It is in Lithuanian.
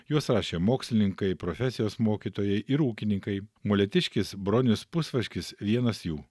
juos rašė mokslininkai profesijos mokytojai ir ūkininkai molėtiškis bronius pusvaškis vienas jų